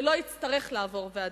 ולא יצטרך לעבור ועדה.